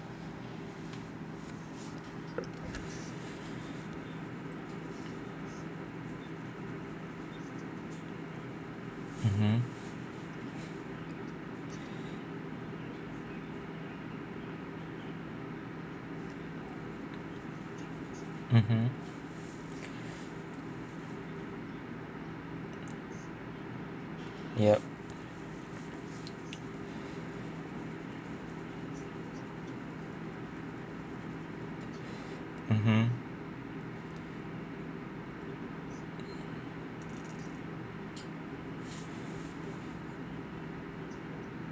mmhmm mmhmm yup mmhmm